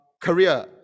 career